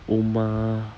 oma~